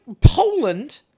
Poland